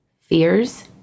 fears